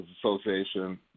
Association